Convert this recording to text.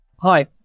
Hi